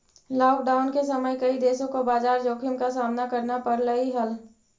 lockdown के समय कई देशों को बाजार जोखिम का सामना करना पड़लई हल